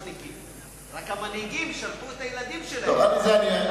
רק שהמנהיגים שלחו את הילדים שלהם לא לשם,